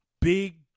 Big